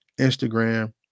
Instagram